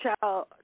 child